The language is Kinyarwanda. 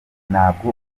ntabwo